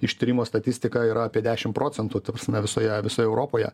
ištyrimo statistika yra apie dešim procentų ta prasme visoje visoje europoje